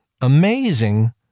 amazing